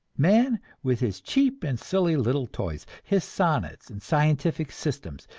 man, with his cheap and silly little toys, his sonnets and scientific systems,